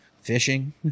fishing